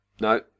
No